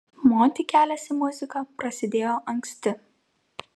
monty kelias į muziką prasidėjo anksti